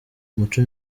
umuco